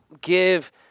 give